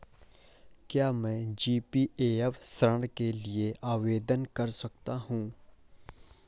क्या मैं जी.पी.एफ ऋण के लिए आवेदन कर सकता हूँ?